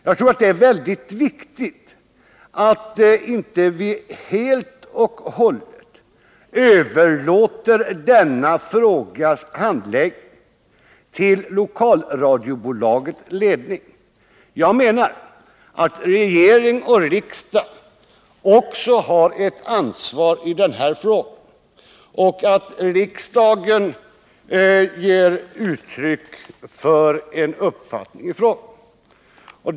Jag tror att det är väldigt viktigt att vi inte helt och hållet överlåter denna frågas handläggning till lokalradiobolagets ledning. Jag menar att regering och riksdag också har ett ansvar i denna fråga och att riksdagen bör ge uttryck för en uppfattning i frågan.